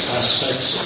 aspects